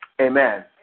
Amen